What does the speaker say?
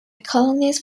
columnist